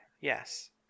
yes